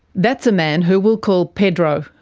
that's a man who we'll call pedro,